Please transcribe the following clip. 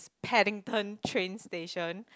Paddington train station